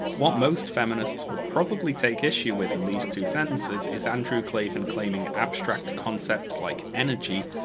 what most feminists would probably take issue with, in these two sentences, is andrew clavin claiming abstract concepts, like energy,